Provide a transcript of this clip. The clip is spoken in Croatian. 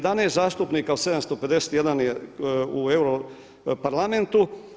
11 zastupnika od 751 je u Europarlamentu.